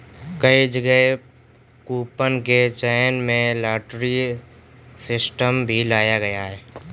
कई जगह कूपन के चयन में लॉटरी सिस्टम भी लगाया जाता है